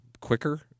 quicker